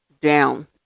down